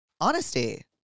Honesty